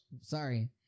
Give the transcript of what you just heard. Sorry